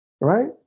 Right